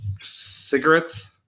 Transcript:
cigarettes